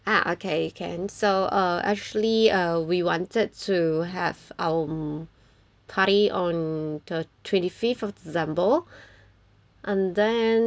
!huh! okay can so uh actually uh we wanted to have um party on the twenty fifth of december and then